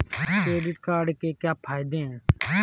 Credit card के क्या फायदे हैं?